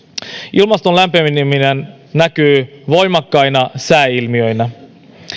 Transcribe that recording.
ilmaston lämpeneminen näkyy voimakkaina sääilmiöinä